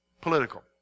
Political